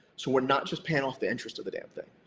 so we're not just paying off the interest of the damn thing.